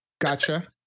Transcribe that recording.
gotcha